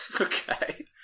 Okay